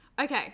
okay